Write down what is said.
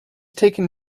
taken